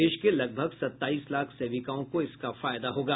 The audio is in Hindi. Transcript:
देश के लगभग सताईस लाख सेविकाओं को इसका फायदा होगा